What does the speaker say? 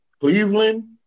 Cleveland